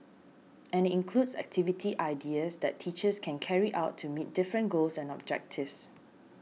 and includes activity ideas that teachers can carry out to meet different goals and objectives